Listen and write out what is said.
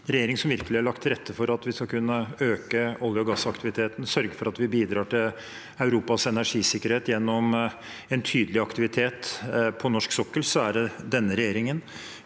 en regjering som virkelig har lagt til rette for at vi skal kunne øke olje- og gassaktiviteten, sørge for at vi bidrar til Europas energisikkerhet gjennom en tydelig aktivitet på norsk sokkel, så er det denne regjeringen.